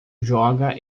joga